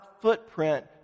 footprint